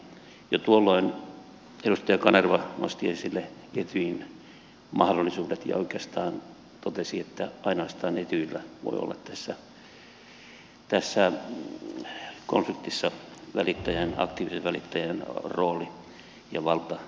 jo tuolloin edustaja kanerva nosti esille etyjin mahdollisuudet ja oikeastaan totesi että ainoastaan etyjillä voi olla tässä konfliktissa aktiivisen välittäjän rooli ja valtakirjakin